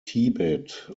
tibet